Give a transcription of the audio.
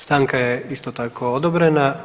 Stanka je isto tako odobrena.